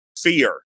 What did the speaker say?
fear